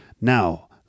Now